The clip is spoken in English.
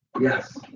Yes